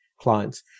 clients